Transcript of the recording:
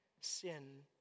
sin